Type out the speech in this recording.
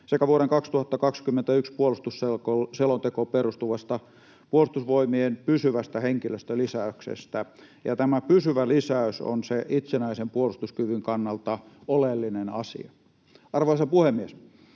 sekä vuoden 2021 puolustusselontekoon perustuvasta Puolustusvoimien pysyvästä henkilöstölisäyksestä. Tämä pysyvä lisäys on itsenäisen puolustuskyvyn kannalta oleellinen asia. Arvoisa puhemies!